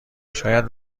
شاید